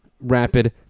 rapid